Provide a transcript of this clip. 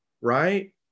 Right